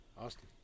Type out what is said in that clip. Austin